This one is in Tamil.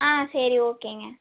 ஆ சரி ஓகேங்க